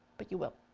but you will.